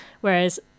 whereas